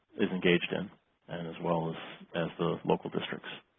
is engaged in and as well as as the local districts.